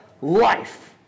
life